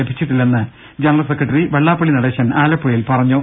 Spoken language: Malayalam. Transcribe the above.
ലഭിച്ചിട്ടില്ലെന്ന് ജനറൽ സെക്രട്ടറി വെള്ളാപ്പള്ളി നടേശൻ ആലപ്പുഴയിൽ പറ ഞ്ഞു